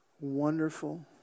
wonderful